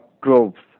groups